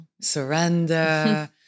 surrender